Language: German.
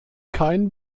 kein